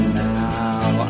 now